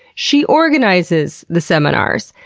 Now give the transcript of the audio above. she organizes the seminars.